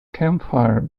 campfire